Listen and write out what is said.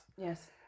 Yes